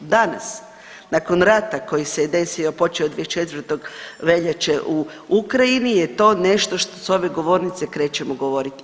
Danas nakon rata koji se je desio počeo 24. veljače u Ukrajini je to nešto što s ove govornice krećemo govorit.